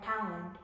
talent